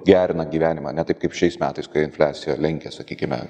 gerina gyvenimą ne taip kaip šiais metais kai infliacija lenkia sakykime